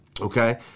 Okay